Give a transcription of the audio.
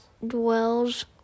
dwells